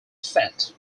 set